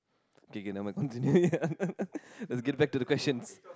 okay okay nevermind continue yeah let's get back to the questions